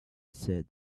said